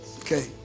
okay